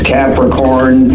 Capricorn